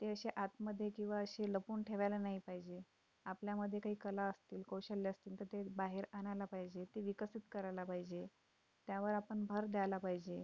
ते असे आतमधे किंवा असे लपवून ठेवायला नाही पाहिजे आपल्यामध्ये काही कला असतील कौशल्य असतील तर ते बाहेर आणायला पहिजे ते विकसित करायला पाहिजे त्यावर आपण भर द्यायला पाहिजे